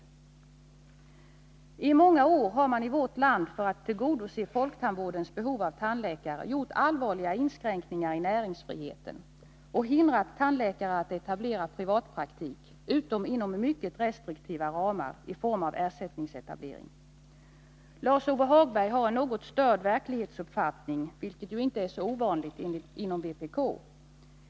Torsdagen den I många år har man i vårt land för att tillgodose folktandvårdens behov av 26 november 1981 tandläkare gjort allvarliga inskränkningar i näringsfriheten och hindrat tandläkare att etablera privatpraktik utom inom mycket restriktiva ramar i form av ersättningsetablering. Lars-Ove Hagberg har en något störd verklighetsuppfattning — vilket ju inte är så ovanligt inom vpk.